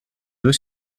due